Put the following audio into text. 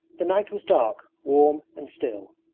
the night was dark, warm, and still.